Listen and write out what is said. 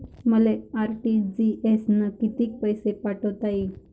मले आर.टी.जी.एस न कितीक पैसे पाठवता येईन?